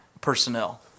personnel